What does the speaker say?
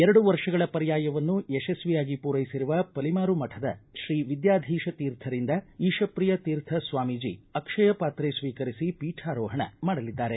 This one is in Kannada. ಎರಡು ವರ್ಷಗಳ ಪರ್ಯಾಯವನ್ನು ಯಶಸ್ವಿಯಾಗಿ ಪೂರೈಸಿರುವ ಪಲಿಮಾರು ಮಠದ ಶ್ರೀ ವಿದ್ಯಾಧೀಶ ತೀರ್ಥರಿಂದ ಈಶಪ್ರಿಯ ತೀರ್ಥ ಸ್ವಾಮೀಜಿ ಅಕ್ಷಯ ಪಾತ್ರೆ ಸ್ವೀಕರಿಸಿ ಪೀಠಾರೋಹಣ ಮಾಡಲಿದ್ದಾರೆ